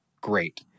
great